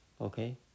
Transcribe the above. Okay